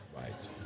Right